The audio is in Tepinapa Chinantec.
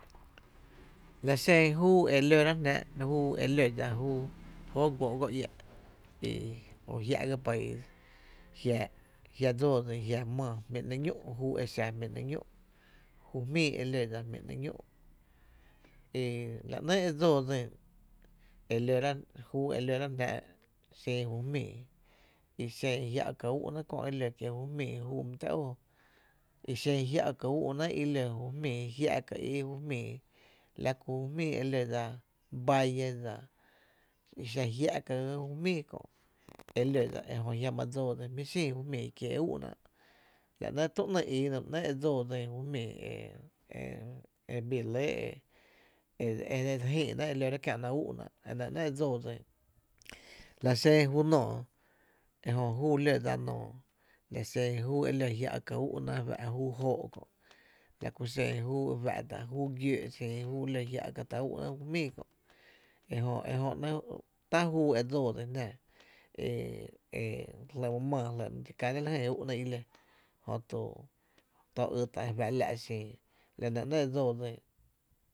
La xen júú e lóráá’ jnáá’ júú e lódsa jóoó guóó go iä’ o jia’ ga país, jiaa’, jia’ dsoo dsín jia’ maa jmi’ ñú’ júú e xa jmíí ‘nɇ’ ñú’ ju jmíi e lódsa jmí’ ‘nɇɇ’ ñú’ e la ‘nɇɇ e dsoo dsin e júú e lor+á’ jná’ xin ju jmíí, i xen úú’náá’ kö’ i ló ju jmíi júú my tⱥ´óo i xen jiá’ ka úú’náá’ i lo jia’ ka ju jmíi la ku jú jmíi e lodsa valle dsa, i xa jiá’ ka ga jú jmíi kö’ e lódsa, e jö jiama dsóó dsín jmí’ xin ju jmíi kie’ úú’náá’ la nɇ tü ‘ny íí nɇ ba nɇɇ’ e dsoo dsín e bii re lɇ e dse jïï’ náá’ e lóra’ kiä’naáá’ úú’ náá’ e nɇ ‘nɇɇ’ e dso dsi, la xen ju nóoó ejö juú e ló dsa noo, la xen júú e ló jia’ ka úú’náá’, e fá’ta’ júu ejóó’ kö’ la ku xen efa´ta’ júu gióó’ e ló jia’ka tá’ úú’ náá’ i kö, ejö ejö ‘nɇɇ’ tá’ juu e dsoo dsin jná e e jlí’ my maa e my dxi käná jna úú’na e ló jö tu tó ýtá’ e fá’ la’ xin la nɇ ‘nɇɇ’ e dsoo dsín.